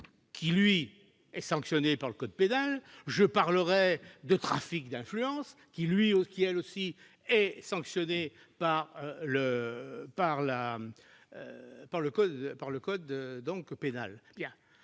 qui est sanctionné par le code pénal, et de trafic d'influence qui est, lui aussi, sanctionné par le code pénal.